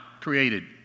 created